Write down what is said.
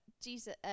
Jesus